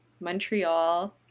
Montreal